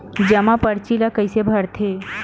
जमा परची ल कइसे भरथे?